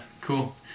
cool